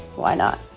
why not?